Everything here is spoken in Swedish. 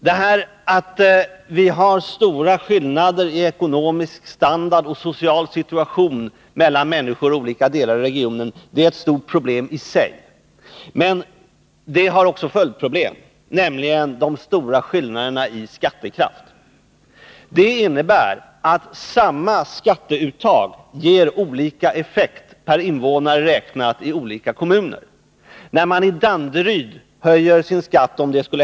Detta att vi har stora skillnader i ekonomisk standard och social situation mellan människor i olika delar av regionen är ett stort problem i sig. Men det har också följdproblem, nämligen de stora skillnaderna i skattekraft. Samma skatteuttag ger olika effekt per invånare räknat i olika kommuner. När man i Danderyds kommun höjer sin skatt med 1 kr.